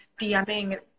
dming